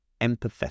empathetic